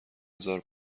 هزار